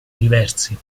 diversi